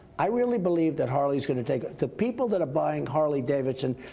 i really believe that harley's going to take the people that are buying harley-davidson,